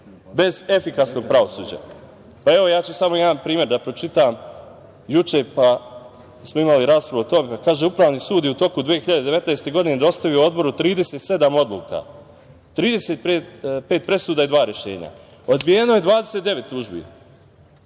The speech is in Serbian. bez efikasnog pravosuđa. Evo, ja ću samo jedan primer da pročitam. Juče smo imali raspravu o tome. Kaže - Upravni sud je u toku 2019. godine dostavio Odboru 37 odluka, 35 presuda i dva rešenja. Odbijeno je 29 tužbi,